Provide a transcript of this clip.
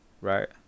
right